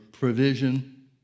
provision